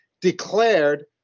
declared